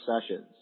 sessions